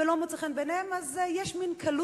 ולא מוצא חן בעיניהם,